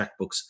checkbooks